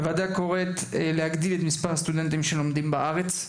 הוועדה קוראת להגדיל את מספר הסטודנטים שלומדים בארץ.